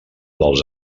dels